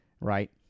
right